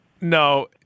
No